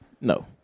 No